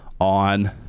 on